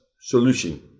solution